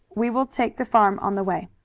we will take the farm on the way.